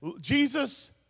Jesus